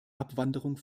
abwanderung